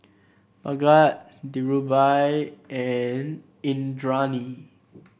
Bhagat Dhirubhai and Indranee